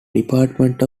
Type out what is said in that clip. department